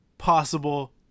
possible